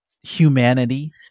humanity